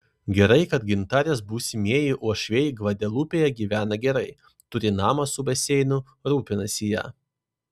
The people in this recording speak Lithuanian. gerai kad gintarės būsimieji uošviai gvadelupėje gyvena gerai turi namą su baseinu rūpinasi ja